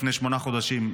לפני שמונה חודשים,